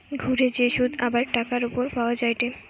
ঘুরে যে শুধ আবার টাকার উপর পাওয়া যায়টে